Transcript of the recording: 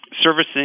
Servicing